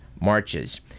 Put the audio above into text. marches